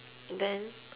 then